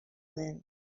dent